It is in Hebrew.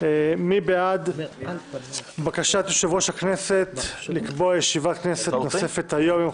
מי בעד בקשת יושב-ראש הכנסת לקבוע ישיבת כנסת נוספת היום,